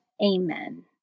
Amen